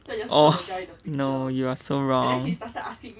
oh no you're so wrong